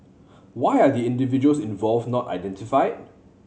why are the individuals involved not identifiy